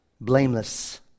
blameless